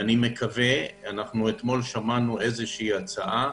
אתמול שמענו הצעה